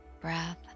breath